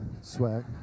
swag